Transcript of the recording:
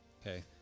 Okay